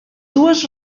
dues